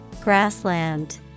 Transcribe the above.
Grassland